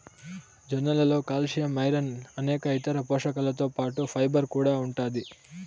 జొన్నలలో calcium, iron అనేక ఇతర పోషకాలతో పాటు ఫైబర్ కూడా ఉంటాది